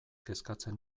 kezkatzen